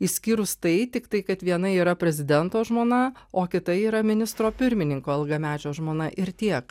išskyrus tai tiktai kad viena yra prezidento žmona o kita yra ministro pirmininko ilgamečio žmona ir tiek